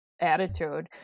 attitude